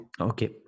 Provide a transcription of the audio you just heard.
Okay